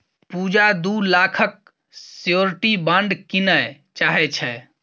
पुजा दु लाखक security bond कीनय चाहै छै